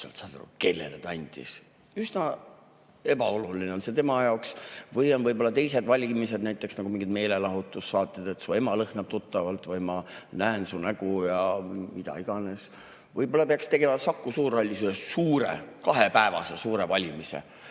aru, kellele ta hääle andis. Üsna ebaoluline on see tema jaoks. Või on teised valimised, näiteks mingid meelelahutussaated, et "Su ema lõhnab tuttavalt" või "Ma näen su nägu" ja mida iganes. Võib-olla peaks tegelema Saku Suurhallis ühe suure kahepäevase valimise.